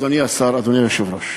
אדוני השר, אדוני היושב-ראש,